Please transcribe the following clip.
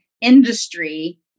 industry